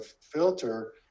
filter